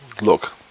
Look